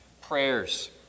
prayers